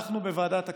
אנחנו בוועדת הכספים,